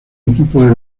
equipos